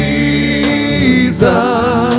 Jesus